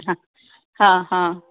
हा हा हा